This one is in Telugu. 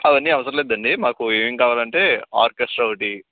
అవన్నీ అవసర్లేదండి మాకు ఏమేమి కావాలంటే ఆర్కెస్ట్రా ఒకటి